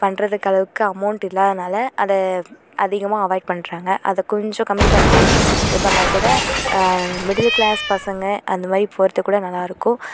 பண்ணுறதுக்கு அளவுக்கு அமௌண்ட்டு இல்லாததனால அதை அதிகமாக அவாயிட் பண்ணுறாங்க அதை கொஞ்சம் கம்மி பண்ணிட்டு இது பண்ணால் கூட மிடில் க்ளாஸ் பசங்கள் அந்த மாதிரி போகிறதுக்கு கூட நல்லாயிருக்கும்